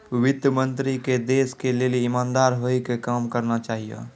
वित्त मन्त्री के देश के लेली इमानदार होइ के काम करना चाहियो